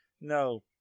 no